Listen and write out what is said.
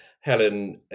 Helen